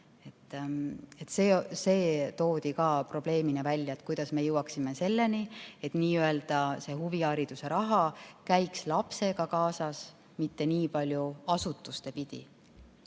See toodi ka probleemina välja, et kuidas me jõuaksime selleni, et n-ö huvihariduse raha käiks lapsega kaasas, mitte nii palju asutusi pidi.